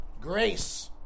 Grace